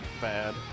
bad